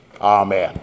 Amen